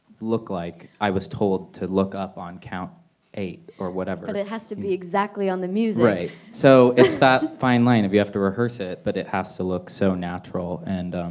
look like i was told to look up on count eight or whatever, but it has to be exactly on the music so it's that fine line if you have to rehearse it but it has to look so natural and